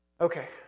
Okay